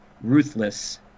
ruthless